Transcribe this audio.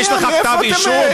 יש לך כתב אישום?